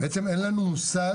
בעצם אין לנו מושג